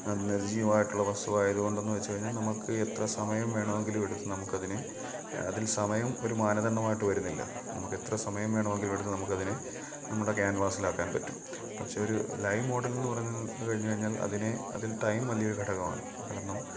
നിർജ്ജീവമായിട്ടുള്ള വസ്തുവായത് കൊണ്ടന്ന് വച്ച് കഴിഞ്ഞാൽ നമുക്ക് എത്ര സമയം വേണമെങ്കിലും എടുത്ത് കഴിഞ്ഞ് നമുക്കതിനെ അതിൽ സമയം ഒരു മാനദണ്ഡമായിട്ട് വരുന്നില്ല നമുക്കെത്ര സമയം വേണമെങ്കിലും എടുത്ത് നമുക്കതിനെ നമ്മുടെ ക്യാൻവാസിലാക്കാൻ പറ്റും പക്ഷേ ഒരു ലൈവ് മോഡലെന്ന് പറഞ്ഞ് കഴിഞ്ഞ്ക്കഴിഞ്ഞാൽ അതിനെ അതിൽ ടൈം വലിയൊരു ഘടകമാണ് കാരണം